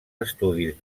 estudis